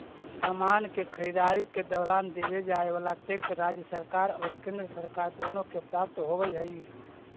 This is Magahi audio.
समान के खरीददारी के दौरान देवे जाए वाला टैक्स राज्य सरकार और केंद्र सरकार दोनो के प्राप्त होवऽ हई